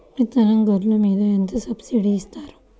విత్తనం గొర్రు మీద ఎంత సబ్సిడీ ఇస్తారు?